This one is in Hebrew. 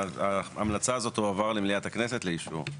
ההמלצה הזאת תועבר למליאת הכנסת לאישור.